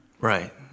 Right